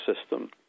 system